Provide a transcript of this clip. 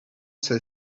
say